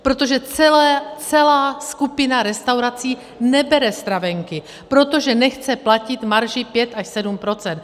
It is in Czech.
Protože celá skupina restaurací nebere stravenky, protože nechce platit marži 5 až 7 %.